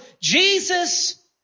Jesus